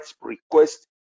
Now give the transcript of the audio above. request